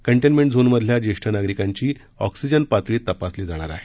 containment zone मधल्या ज्येष्ठ नागरिकांची ऑक्सीजन पातळी तपासली जाणार आहे